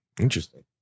interesting